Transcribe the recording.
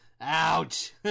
Ouch